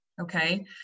Okay